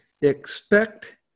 expect